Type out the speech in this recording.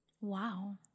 Wow